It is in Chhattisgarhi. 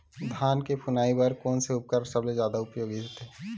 धान के फुनाई बर कोन से उपकरण सबले जादा उपयोगी हे?